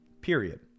Period